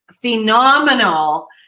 phenomenal